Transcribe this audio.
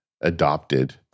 adopted